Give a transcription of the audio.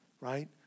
right